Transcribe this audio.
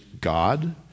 God